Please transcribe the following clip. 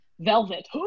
velvet